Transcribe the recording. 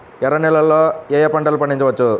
ఎర్ర నేలలలో ఏయే పంటలు పండించవచ్చు?